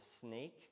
snake